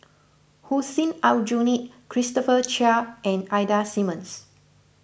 Hussein Aljunied Christopher Chia and Ida Simmons